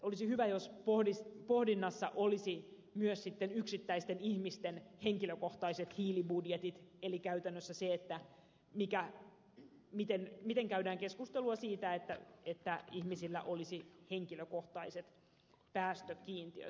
olisi hyvä jos pohdinnassa olisivat myös sitten yksittäisten ihmisten henkilökohtaiset hiilibudjetit eli käytännössä se miten käydään keskustelua siitä että ihmisillä olisi henkilökohtaiset päästökiintiöt